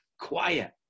quiet